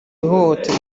ihohotera